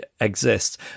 exists